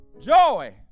Joy